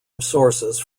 resources